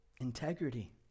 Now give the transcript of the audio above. integrity